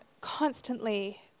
constantly